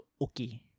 okay